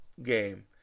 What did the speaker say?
game